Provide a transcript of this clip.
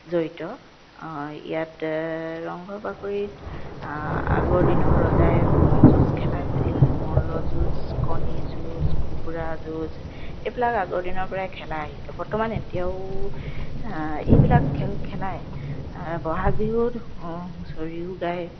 জড়িত ইয়াত ৰংঘৰ বাকৰিত আগৰ দিনৰ ৰজাই ম'হ যুঁজ খেলাইছিল মল্ল যুঁজ কণী যুঁজ কুকুৰা যুঁজ এইবিলাক আগৰ দিনৰ পৰাই খেলাই আহিছে বৰ্তমান এতিয়াও এইবিলাক খেল খেলাই বহাগ বিহুত হুঁচৰিও গাই